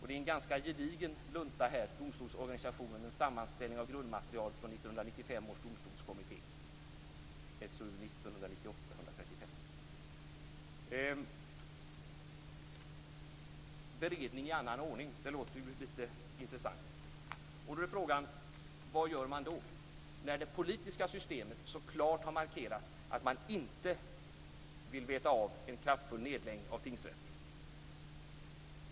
Det är en ganska gedigen lunta; Domstolsorganisationen, en sammanställning från grundmaterial från 1995 års domstolskommitté . Beredning i annan ordning låter ju lite intressant. Nu är frågan: Vad gör man då när det politiska systemet så klart har markerat att man inte vill veta av en kraftfull nedläggning av tingsrätter?